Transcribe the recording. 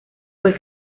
fue